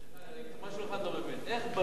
אני דבר אחד לא מבין: איך בנו בלי תוכניות?